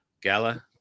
Gala